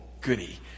goody